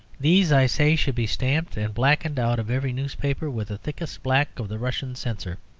these, i say, should be stamped and blackened out of every newspaper with the thickest black of the russian censor.